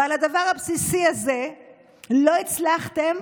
ועל הדבר הבסיסי הזה לא הצלחתם